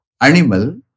animal